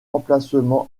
emplacement